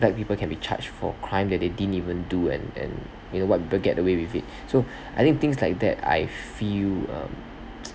black people can be charged for crime that they didn't even do and and you know what people get away with it so I think things like that I feel um